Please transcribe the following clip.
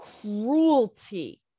cruelty